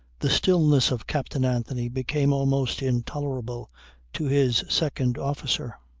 the stillness of captain anthony became almost intolerable to his second officer.